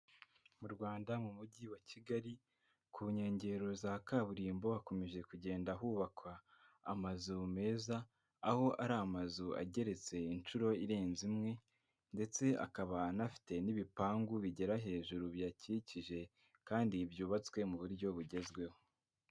Mu Rwanda mu mujyi wa Kigali, ku nkengero za kaburimbo hakomeje kugenda hubakwa amazu meza, aho ari amazu ageretse inshuro irenze imwe ndetse akaba anafite n'ibipangu bigera hejuru biyakikije kandi byubatswe mu buryo bugezweho.